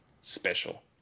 special